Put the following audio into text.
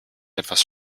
etwas